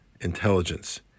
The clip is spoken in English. intelligence